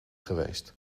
geweest